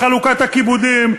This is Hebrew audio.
לחלוקת הכיבודים,